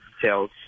details